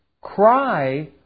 cry